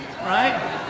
right